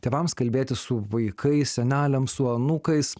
tėvams kalbėti su vaikais seneliams su anūkais